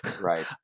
Right